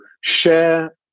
share